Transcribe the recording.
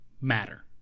matter